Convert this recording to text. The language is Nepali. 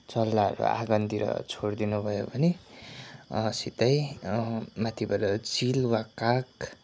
चल्लाहरू आँगनतिर छोडिदिनु भयो भने सिधै माथिबाट चिल वा काग